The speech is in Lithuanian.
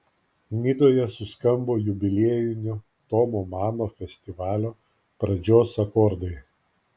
nidoje suskambo jubiliejinio tomo mano festivalio pradžios akordai